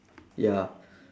ya